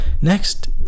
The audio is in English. next